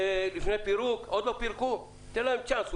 לפני פירוק, עוד לא פירקו תן להם צ'אנס.